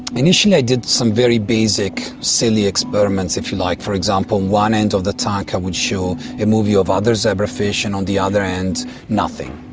initially i did some very basic silly experiments, if you like. for example one end of the tank i would show a movie of other zebrafish, and on the other end nothing.